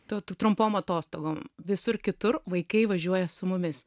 trumpom atostogom visur kitur vaikai važiuoja su mumis